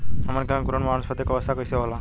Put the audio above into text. हमन के अंकुरण में वानस्पतिक अवस्था कइसे होला?